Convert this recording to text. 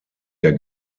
der